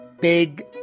Big